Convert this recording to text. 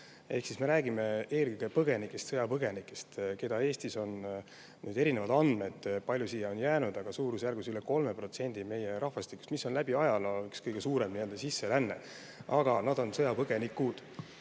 Ehk siis me räägime eelkõige põgenikest, sõjapõgenikest, keda Eestis on – on erinevad andmed, kui palju siia on jäänud – suurusjärgus veidi üle 3% meie rahvastikust, mis on läbi ajaloo üks kõige suurem sisseränne. Aga nad on sõjapõgenikud.